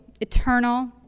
eternal